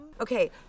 Okay